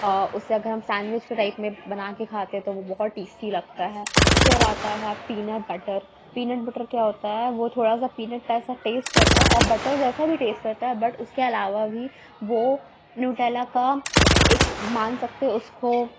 اُسے اگر ہم سینڈوچ کے ٹائپ میں بنا کے کھاتے ہیں تو وہ بہت ٹیسٹی لگتا ہے پھر آتا ہے peanut butter peanut butter کیا ہوتا ہے وہ تھوڑا سا پی نٹ جیسا ٹیسٹ کرتا ہے اور بٹر جیسا بھی ٹیسٹ کرتا ہے بٹ اُس کے علاوہ بھی وہ نیوٹیلا کا ایک مان سکتے اُس کو